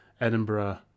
Edinburgh